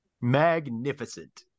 Magnificent